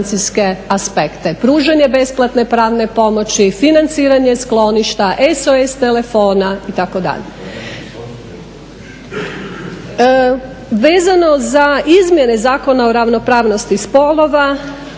aspekte. Pružanje besplatne pravne pomoći, financiranje skloništa, SOS telefona, itd. Vezano za izmjene Zakona o ravnopravnosti spolova,